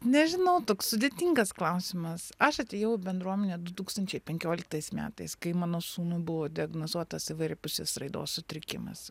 nežinau toks sudėtingas klausimas aš atėjau į bendruomenę du tūkstančiai penkioliktais metais kai mano sūnui buvo diagnozuotas įvairiapusis raidos sutrikimas